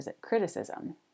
criticism